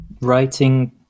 writing